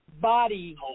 body